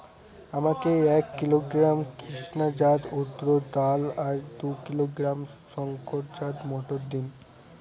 আমাকে এক কিলোগ্রাম কৃষ্ণা জাত উর্দ ডাল আর দু কিলোগ্রাম শঙ্কর জাত মোটর দিন?